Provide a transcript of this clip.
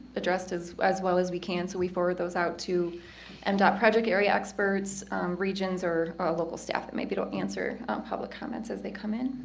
addressed as as well as we can so we forward those out to mdot and project area experts regions or or local staff that maybe don't answer public comments as they come in